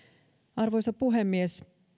arvoisa puhemies